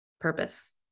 purpose